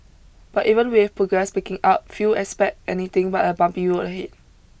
but even with progress picking up few expect anything but a bumpy road ahead